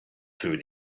through